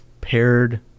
paired